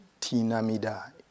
Tinamida